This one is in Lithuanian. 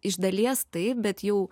iš dalies taip bet jau